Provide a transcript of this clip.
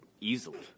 easily